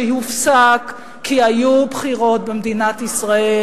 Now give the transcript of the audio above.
שהופסק כי היו בחירות במדינת ישראל,